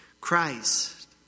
Christ